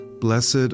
Blessed